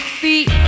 feet